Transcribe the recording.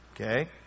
Okay